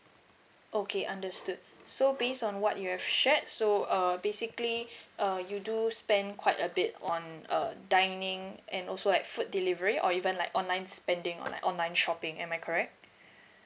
okay understood so based on what you have shared so uh basically uh you do spend quite a bit on uh dining and also like food delivery or even like online spending or like online shopping am I correct